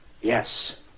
Yes